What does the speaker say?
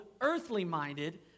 earthly-minded